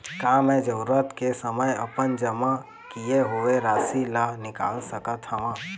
का मैं जरूरत के समय अपन जमा किए हुए राशि ला निकाल सकत हव?